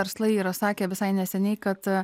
verslai yra sakė visai neseniai kad